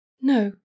no